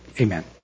Amen